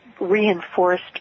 reinforced